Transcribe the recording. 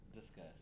discuss